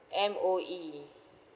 M_O_E